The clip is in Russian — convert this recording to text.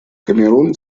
камерун